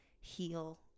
heal